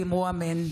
ואמרו אמן.